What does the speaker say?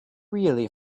really